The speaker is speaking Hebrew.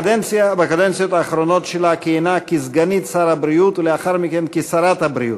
בקדנציות האחרונות שלה כיהנה כסגנית שר הבריאות ולאחר מכן כשרת הבריאות.